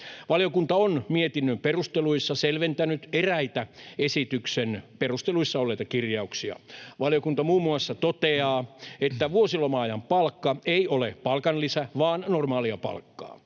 Valiokunta on mietinnön perusteluissa selventänyt eräitä esityksen perusteluissa olleita kirjauksia. Valiokunta muun muassa toteaa, että vuosiloma-ajan palkka ei ole palkanlisä vaan normaalia palkkaa,